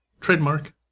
Trademark